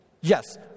yes